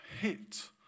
hit